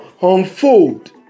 unfold